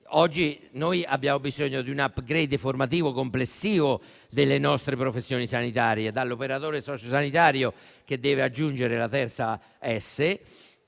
Oggi abbiamo bisogno di un *upgrade* formativo complessivo delle nostre professioni sanitarie, a cominciare dall'operatore sociosanitario che deve aggiungere la terza S e